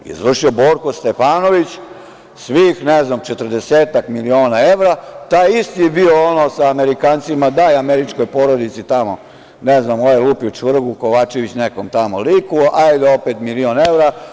Izvršio je Borko Stefanović svih četrdesetak miliona evra, taj isti je bio ono sa Amerikancima – daj američkoj porodici tamo, ne znam, ovaj lupio čvrgu Kovačević nekom tamo liku, milion evra.